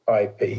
IP